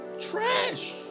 trash